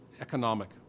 economic